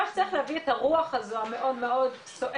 שנצליח להביא את הרוח הזאת המאוד סוערת